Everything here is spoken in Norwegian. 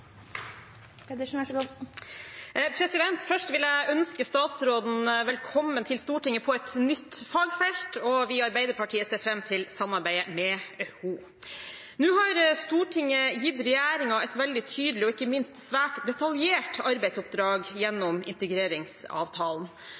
Først vil jeg ønske statsråden velkommen til Stortinget på et nytt fagfelt, og vi i Arbeiderpartiet ser fram til samarbeidet med henne. Nå har Stortinget gitt regjeringen et veldig tydelig og ikke minst svært detaljert arbeidsoppdrag